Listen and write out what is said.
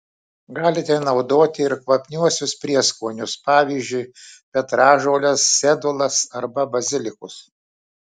galite naudoti ir kvapniuosius prieskonius pavyzdžiui petražoles sedulas arba bazilikus